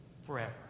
Forever